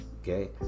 okay